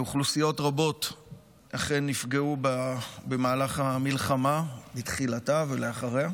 ואוכלוסיות רבות אכן נפגעו במהלך המלחמה מתחילתה ולאחריה,